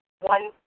one